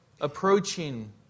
approaching